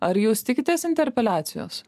ar jūs tikitės interpeliacijos